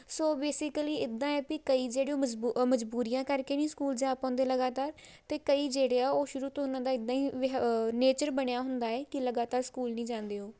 ਸੋ basically ਇੱਦਾਂ ਹੈ ਵੀ ਕਈ ਜਿਹੜੇ ਉਹ ਮਜ਼ਬੂ ਮਜ਼ਬੂਰੀਆਂ ਕਰਕੇ ਵੀ ਸਕੂਲ ਜਾ ਪਾਉਂਦੇ ਲਗਾਤਾਰ ਅਤੇ ਕਈ ਜਿਹੜੇ ਆ ਉਹ ਸ਼ੁਰੂ ਤੋਂ ਉਹਨਾਂ ਦਾ ਇੱਦਾਂ ਹੀ ਵਿਹ ਨੇਚਰ ਬਣਿਆ ਹੁੰਦਾ ਹੈ ਕਿ ਲਗਾਤਾਰ ਸਕੂਲ ਨਹੀਂ ਜਾਂਦੇ ਉਹ